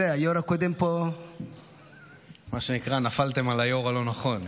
מה שנקרא, נפלתם על היו"ר הלא-נכון.